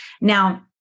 Now